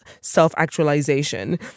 self-actualization